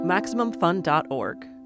MaximumFun.org